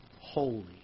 Holy